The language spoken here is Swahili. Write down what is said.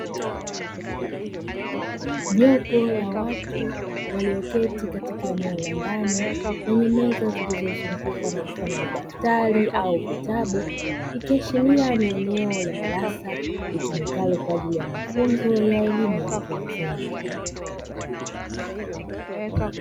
Jopo la watu walioketi katika eneo la ndani, lenye meza zilizozungukwa na mfano wa madaftari au vitabu, ikiashiria ni eneo la darasa litumikalo kwaajili ya mafunzo ya elimu ya watu wazima.